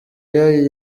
yayo